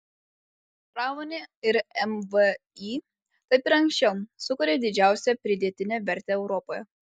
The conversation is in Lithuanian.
pramonė ir mvį kaip ir anksčiau sukuria didžiausią pridėtinę vertę europoje